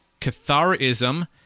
Catharism